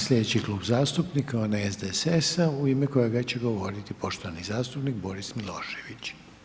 Sljedeći klub zastupnika, onaj SDSS-a u ime kojega će govoriti poštovani zastupnik Boris Milošević.